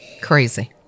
Crazy